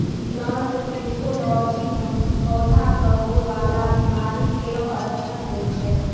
plant pathology म पौधा क होय वाला बीमारी केरो अध्ययन होय छै